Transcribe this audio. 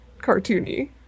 cartoony